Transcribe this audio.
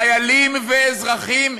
חיילים ואזרחים,